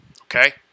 Okay